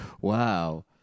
Wow